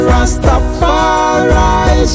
Rastafari